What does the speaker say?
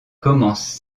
commence